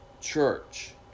church